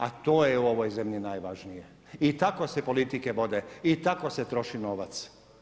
A to je u ovoj zemlji najvažnije i tako se politike vode i tako se troši novac.